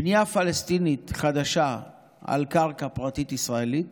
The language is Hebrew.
בנייה פלסטינית חדשה על קרקע פרטית ישראלית